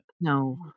No